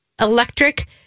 electric